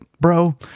bro